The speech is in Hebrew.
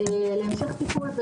להמשך טיפול,